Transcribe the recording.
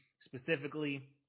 specifically